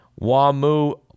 WAMU